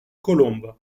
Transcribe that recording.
colombes